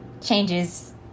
changes